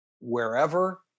wherever